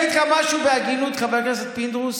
חבר הכנסת פינדרוס